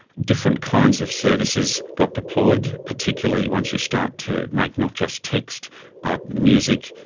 different kinds of services got deployed, particularly once you start to make not just text but music,